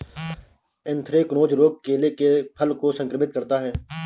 anthracnose रोग केले के फल को संक्रमित करता है